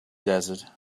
desert